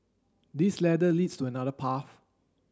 this ladder leads to another path